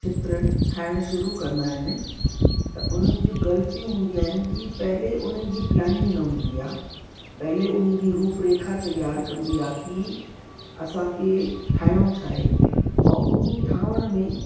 चित्र ठाहिणु शुरू कंदा आहिनि त उन्हनि जूं ग़लतियूं हूंदियूं आहिनि कि पहिले उनजी प्लानिंग न हूंदी आहे पहिले उन्ही जी रुपरेखा तयारु कॿी आहे कि असांखे ठाहिणो छाहे और उन्ही ठाहिण में